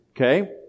Okay